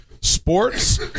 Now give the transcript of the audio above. sports